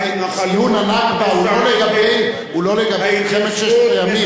ציון הנכבה הוא לא לגבי מלחמת ששת הימים.